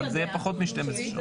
אבל זה יהיה פחות מ-12 שעות.